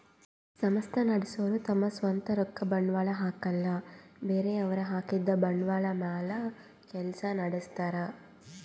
ಸಂಸ್ಥಾ ನಡಸೋರು ತಮ್ ಸ್ವಂತ್ ರೊಕ್ಕ ಬಂಡ್ವಾಳ್ ಹಾಕಲ್ಲ ಬೇರೆಯವ್ರ್ ಹಾಕಿದ್ದ ಬಂಡ್ವಾಳ್ ಮ್ಯಾಲ್ ಕೆಲ್ಸ ನಡಸ್ತಾರ್